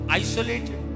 isolated